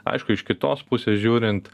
aišku iš kitos pusės žiūrint